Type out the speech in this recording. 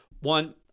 One